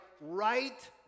right